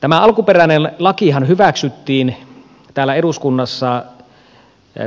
tämä alkuperäinen lakihan hyväksyttiin täällä eduskunnassa